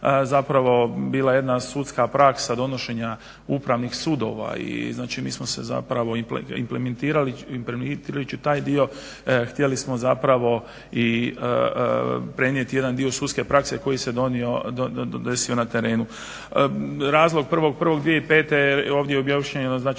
zapravo bila jedna sudska praksa donošenja upravnih sudova. I znači mi smo se zapravo implementirali taj dio, htjeli smo zapravo i prenijeti jedan dio sudske prakse koji se donosio na terenu. Razlog, 1.01.2005. ovdje je objašnjeno znači